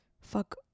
fuck